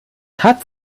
hat